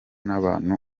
n’abantu